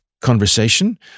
conversation